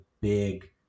big